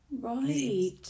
right